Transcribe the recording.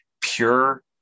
pure